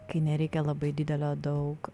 kai nereikia labai didelio daug